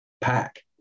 pack